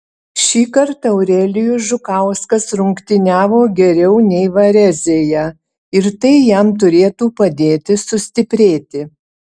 šįkart eurelijus žukauskas rungtyniavo geriau nei varezėje ir tai jam turėtų padėti sustiprėti